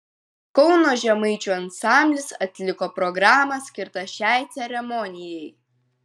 kauno žemaičių ansamblis atliko programą skirtą šiai ceremonijai